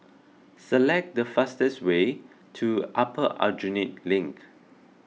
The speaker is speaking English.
select the fastest way to Upper Aljunied Link